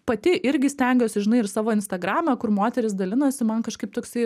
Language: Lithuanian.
pati irgi stengiuosi žinai ir savo instagrame kur moterys dalinasi man kažkaip toksai